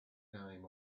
name